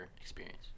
experience